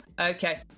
Okay